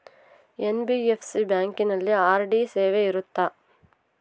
NBFC ಬ್ಯಾಂಕಿನಲ್ಲಿ RD ಸೇವೆ ಇರುತ್ತಾ?